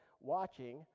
watching